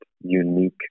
unique